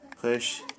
push